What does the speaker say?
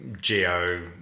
geo